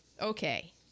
Okay